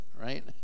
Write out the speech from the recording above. right